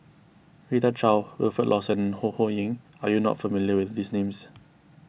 Rita Chao Wilfed Lawson and Ho Ho Ying are you not familiar with these names